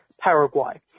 Paraguay